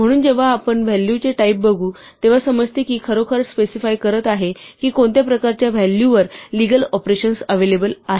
म्हणून जेव्हा आपण व्हॅल्यू चेटाईप बघू तेव्हा हे समजते कि ते खरोखर स्पेसिफाय करत आहे की कोणत्या प्रकारच्या व्हॅल्यूवर लीगल ऑपरेशन्स अव्हेलेबल आहेत